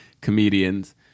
comedians